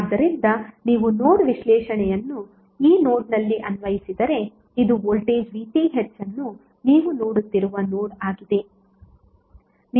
ಆದ್ದರಿಂದ ನೀವು ನೋಡ್ ವಿಶ್ಲೇಷಣೆಯನ್ನು ಈ ನೋಡ್ನಲ್ಲಿ ಅನ್ವಯಿಸಿದರೆ ಇದು ವೋಲ್ಟೇಜ್ VTh ಅನ್ನು ನೀವು ನೋಡುತ್ತಿರುವ ನೋಡ್ ಆಗಿದೆ